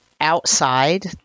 Outside